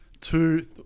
two